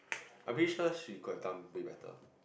I am pretty sure she could have done way better